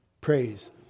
Praise